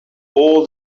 all